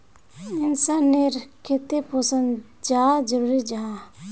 इंसान नेर केते पोषण चाँ जरूरी जाहा?